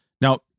now